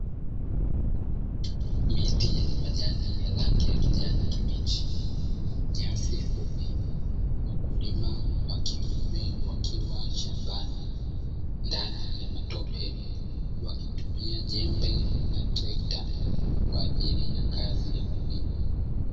Miti yenye majani ya rangi ya kijani kibichi, nyasi fupi. Wakulima wa kiume wakiwa shambani ndani ya matope, wakitunia jembe na trekta kwa ajili ya kazi ya kulima.